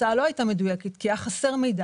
התוצאה לא הייתה מדויקת כי היה חסר מידע.